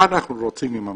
מה אנחנו רוצים עם המעסיקים?